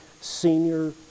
senior